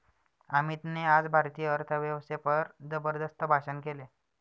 अमितने आज भारतीय अर्थव्यवस्थेवर जबरदस्त भाषण केले